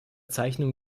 zeichnung